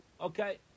okay